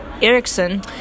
Erickson